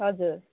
हजुर